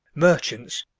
merchants,